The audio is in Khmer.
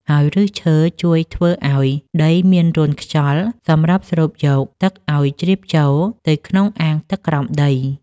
ហើយឫសឈើជួយធ្វើឱ្យដីមានរន្ធខ្យល់សម្រាប់ស្រូបយកទឹកឱ្យជ្រាបចូលទៅក្នុងអាងទឹកក្រោមដី។